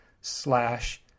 slash